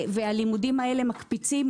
והלימודים האלה מקפיצים,